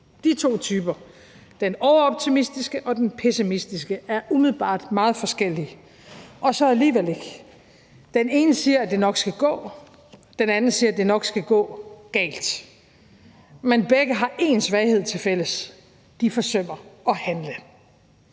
De to typer, den overoptimistiske og den pessimistiske, er umiddelbart meget forskellige, og så alligevel ikke. Den ene siger, at det nok skal gå. Den anden siger, det nok skal gå – galt. Men begge har en svaghed til fælles: De forsømmer at handle.